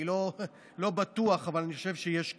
אני לא בטוח, אבל אני חושב שיש קשר.